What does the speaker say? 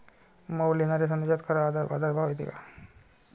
मोबाईलवर येनाऱ्या संदेशात खरा बाजारभाव येते का?